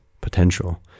potential